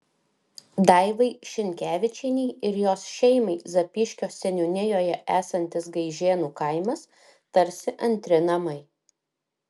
daivai šinkevičienei ir jos šeimai zapyškio seniūnijoje esantis gaižėnų kaimas tarsi antri namai